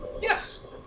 Yes